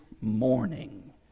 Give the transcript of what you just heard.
morning